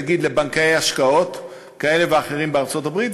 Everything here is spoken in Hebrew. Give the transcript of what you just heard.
נניח לבנקאי השקעות כאלה ואחרים בארצות-הברית,